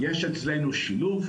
יש אצלנו שילוב.